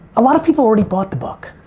a lot of people already bought the book.